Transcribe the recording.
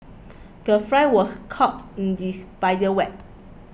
the fly was caught in the spider web